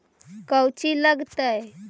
कौची लगतय?